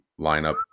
lineup